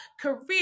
career